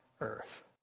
earth